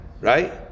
Right